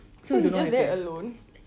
so he's just there alone